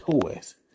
toys